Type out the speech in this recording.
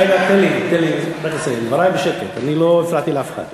תן לי לסיים את דברי בשקט, אני לא הפרעתי לאף אחד.